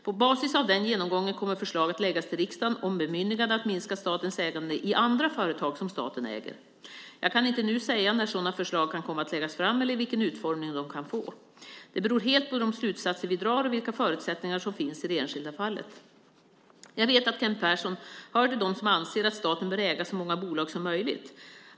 På basis av den genomgången kommer förslag att föreläggas riksdagen om bemyndigande att minska statens ägande i andra företag som staten äger. Jag kan inte nu säga när sådana förslag kan komma att läggas fram eller vilken utformning de kan få. Det beror helt på de slutsatser vi drar och på vilka förutsättningar som finns i det enskilda fallet. Jag vet att Kent Persson hör till dem som anser att staten bör äga så många bolag som möjligt.